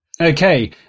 Okay